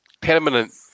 permanent